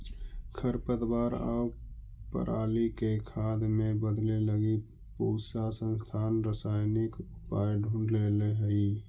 खरपतवार आउ पराली के खाद में बदले लगी पूसा संस्थान रसायनिक उपाय ढूँढ़ले हइ